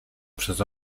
przez